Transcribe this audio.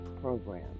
program